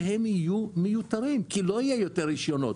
יהיו מיותרים כי לא יהיו יותר רישיונות.